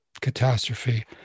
catastrophe